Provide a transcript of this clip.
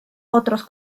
otros